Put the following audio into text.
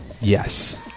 Yes